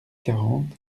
quarante